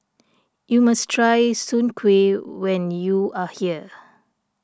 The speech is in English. you must try Soon Kway when you are here